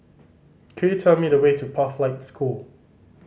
could you tell me the way to Pathlight School